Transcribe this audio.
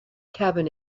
cabin